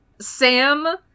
Sam